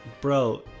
Bro